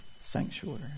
sanctuary